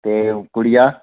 ते गुड़िया